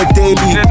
daily